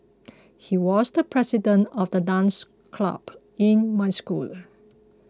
he was the president of the dance club in my school